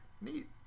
Neat